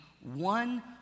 one